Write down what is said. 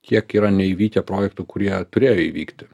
kiek yra neįvykę projektų kurie turėjo įvykti